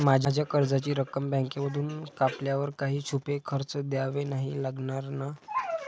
माझ्या कर्जाची रक्कम बँकेमधून कापल्यावर काही छुपे खर्च द्यावे नाही लागणार ना?